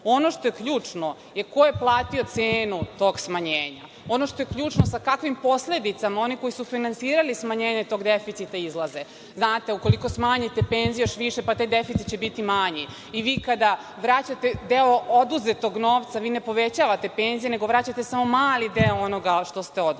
Ono što je ključno jeste ko je platio cenu tog smanjenja. Ono što je ključno, sa kakvim posledicama oni koji su finansirali smanjenje tog deficita izlaze. Znate, ukoliko smanjite penzije još više, taj deficit će biti manji i vi kada vraćate deo oduzetog novca, vi ne povećavate penzije nego vraćate samo mali deo onoga što ste oduzeli. Kakav